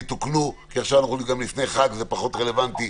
אנחנו נמצאים עכשיו לפני חג וזה פחות רלוונטי.